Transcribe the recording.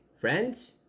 Friends